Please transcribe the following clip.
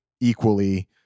equally